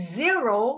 zero